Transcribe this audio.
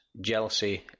Jealousy